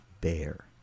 Bear